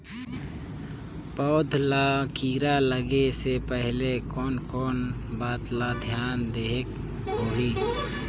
पौध ला कीरा लगे से पहले कोन कोन बात ला धियान देहेक होही?